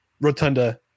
rotunda